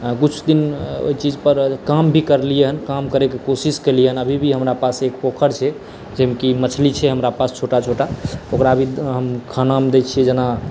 कुछ दिन एहि चीज पर काम भी करलियनिहन काम करय के कोशिश केलियनि हन अभी भी हमरा पास एक पोखरि छै जाहिमे कि मछली छै हमरा पास छोटा छोटा ओकरा हम खाना मे दै छियै जेना